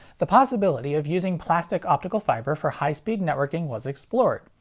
the possibility of using plastic optical fiber for high speed networking was explored.